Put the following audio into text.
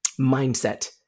mindset